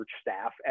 staff